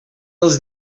els